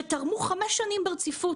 שתרמו חמש שנים ברציפות.